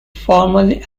formally